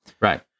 Right